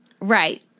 Right